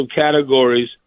categories